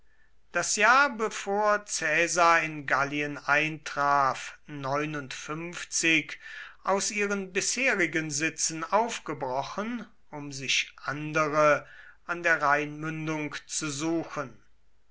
das jahr bevor caesar in gallien eintraf aus ihren bisherigen sitzen aufgebrochen um sich andere an der rheinmündung zu suchen